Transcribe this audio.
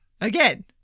Again